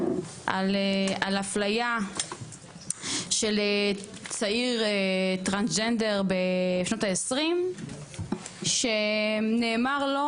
על אפליה של צעיר טרנסג'נדר בשנות ה-20 שנאמר לו